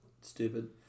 Stupid